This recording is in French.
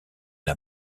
n’a